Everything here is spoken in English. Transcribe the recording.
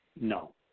No